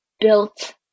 built